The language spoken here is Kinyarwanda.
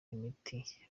imiti